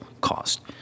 cost